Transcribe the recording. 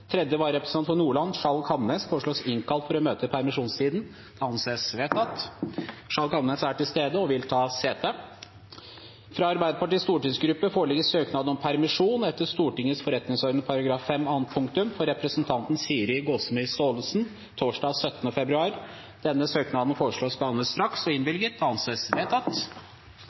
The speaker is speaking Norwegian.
Tredje vararepresentant for Nordland, Skjalg Hamnes , foreslås innkalt for å møte i permisjonstiden. – Det anses også vedtatt. Skjalg Hamnes er til stede og vil ta sete. Fra Arbeiderpartiets stortingsgruppe foreligger søknad om permisjon etter Stortingets forretningsorden § 5 annet punktum for representanten Siri Gåsemyr Staalesen torsdag 17. februar. Etter forslag fra presidenten ble enstemmig besluttet: Søknaden behandles straks og